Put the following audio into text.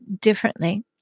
differently